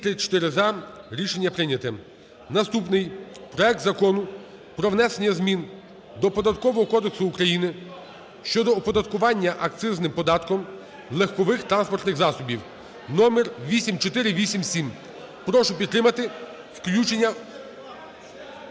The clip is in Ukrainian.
За-234 Рішення прийнято. Наступний – проект Закону про внесення змін до Податкового кодексу України щодо оподаткування акцизним податком легкових транспортних засобів (№ 8487). Прошу підтримати включення